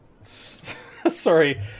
Sorry